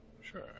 Sure